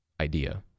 idea